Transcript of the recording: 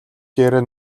дээрээ